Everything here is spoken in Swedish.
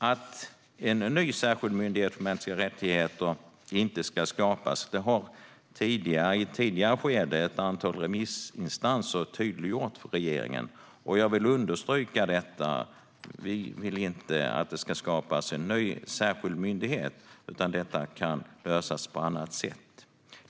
Att en ny särskild myndighet för mänskliga rättigheter inte ska skapas har ett antal remissinstanser i ett tidigare skede tydliggjort för regeringen. Jag vill understryka att vi inte vill att det ska skapas en ny särskild myndighet - detta kan lösas på annat sätt.